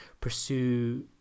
pursue